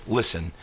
listen